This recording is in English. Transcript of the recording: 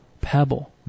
pebble